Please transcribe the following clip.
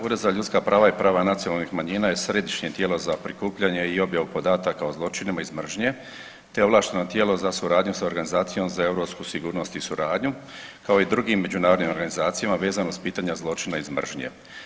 Ured za ljudska prava i prava nacionalnih manjina je središnje tijelo za prikupljanje i objavu podataka o zločinima iz mržnje, te ovlašteno tijelo za suradnju s organizacijom za Europsku sigurnost i suradnju, kao i drugim Međunarodnim organizacijama vezano uz pitanja zločina iz mržnje.